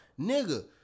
nigga